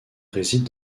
réside